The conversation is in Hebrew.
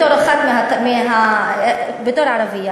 בתור ערבייה,